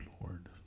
Lord